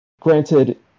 granted